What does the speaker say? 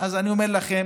אז אני אומר לכם,